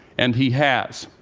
and he has.